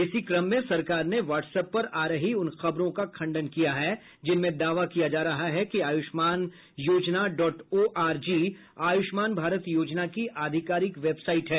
इसी क्रम में सरकार ने व्हाट्स एप पर आ रही उन खबरों का खण्डन किया है जिनमें दावा किया जा रहा है कि आयुष्मान योजना डॉट ओआरजी आयुष्मान भारत योजना की आधिकारिक वेबसाइट है